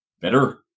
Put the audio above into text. better